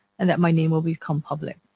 and that my name will become public.